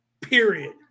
period